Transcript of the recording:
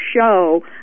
show